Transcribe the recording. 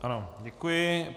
Ano, děkuji.